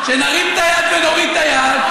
שנרים את היד ונוריד את היד,